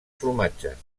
formatges